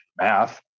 math